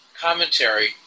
commentary